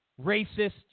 racist